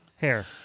hair